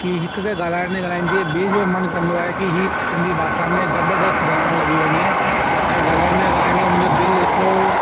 की हिक खे ॻाल्हाईंदे ॻाल्हाईंदे ॿिएं जो मनु कंदो आहे की ई सिंधी भाषा में जबरदस्त गाइण लॻी वञे ऐं ॻाल्हाईंदे ॻाल्हाईंदे हुनजो दिलि एतिरो